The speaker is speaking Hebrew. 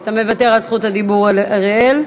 אתה מוותר על זכות הדיבור, אראל.